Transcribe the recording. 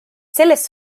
sellest